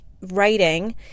writing